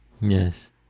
Yes